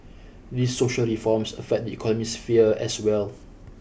these social reforms affect the economic sphere as well